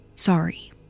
Sorry